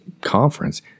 conference